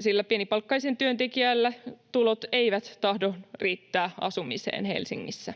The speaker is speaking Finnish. sillä pienipalkkaisilla työntekijöillä tulot eivät tahdo riittää asumiseen Helsingissä.